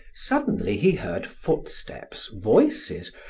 suddenly he heard footsteps, voices,